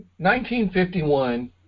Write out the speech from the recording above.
1951